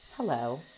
hello